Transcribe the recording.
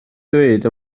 dweud